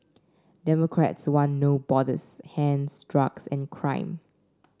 democrats want No Borders hence drugs and crime